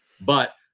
but-